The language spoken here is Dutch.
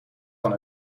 van